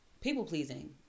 people-pleasing